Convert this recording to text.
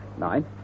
nine